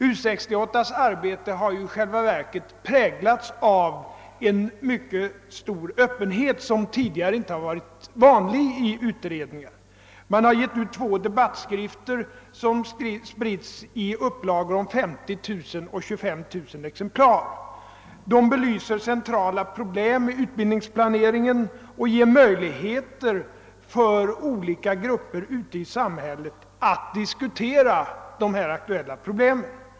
U 68:s arbete har i själva verket präglats av en mycket stor öppenhet, något som tidigare inte varit vanligt i utredningar. Utredningen har givit ut två debattskrifter som spritts i upplagor om 50 000 och 25 000 exemplar. De belyser centrala problem i utbildningsplaneringen och ger möjligheter för olika grupper ute i samhället att diskutera dessa aktuella problem.